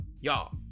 Y'all